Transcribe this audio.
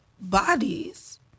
Bodies